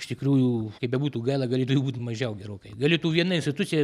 iš tikrųjų kaip bebūtų gaila galėtų jų būt mažiau gerokai galėtų viena institucija